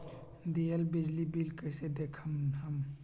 दियल बिजली बिल कइसे देखम हम?